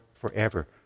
forever